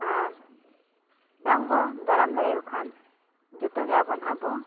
ᱟᱨ ᱵᱟᱝᱵᱚᱱ ᱫᱟᱨᱟᱢ ᱫᱟᱲᱮᱭᱟ ᱠᱚ ᱠᱷᱟᱱ ᱡᱚᱛᱚᱜᱮ ᱟᱵᱚ ᱦᱟᱸᱜ ᱵᱚᱱ